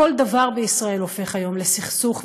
כל דבר בישראל הופך היום לסכסוך,